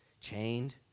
chained